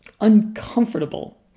uncomfortable